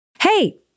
Hey